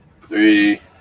three